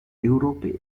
europeo